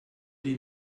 sie